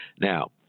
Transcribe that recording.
Now